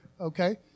Okay